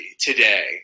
today